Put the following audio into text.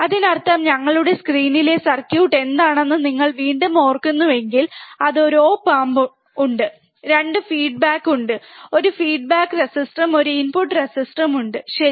അതിനർത്ഥം ഞങ്ങളുടെ സ്ക്രീനിലെ സർക്യൂട്ട് എന്താണെന്ന് നിങ്ങൾ വീണ്ടും ഓർക്കുന്നുവെങ്കിൽ അത് ഒരു ഓപ് ആം ഉണ്ട് 2 ഫീഡ്ബാക്ക് ഉണ്ട് ഒരു ഫീഡ്ബാക്ക് റെസിസ്റ്ററും ഒരു ഇൻപുട്ടും റെസിസ്റ്റർ ഉണ്ട് ശരി